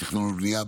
בתכנון ובנייה,